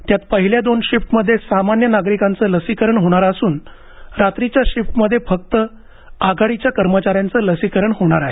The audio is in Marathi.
त्यात पहिल्या दोन शिफ्टमध्ये सामान्य नागरिकांचं लसीकरण होणार असून रात्रीच्या शिफ्टमध्ये फक्त आघाडीच्या कर्मचाऱ्यांचं लसीकरण होणार आहे